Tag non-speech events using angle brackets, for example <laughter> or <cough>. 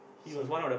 first <noise>